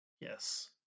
Yes